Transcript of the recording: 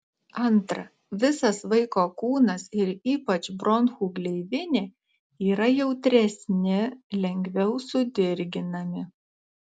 antra visas vaiko kūnas ir ypač bronchų gleivinė yra jautresni lengviau sudirginami